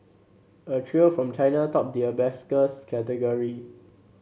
a trio from China topped the category